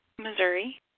Missouri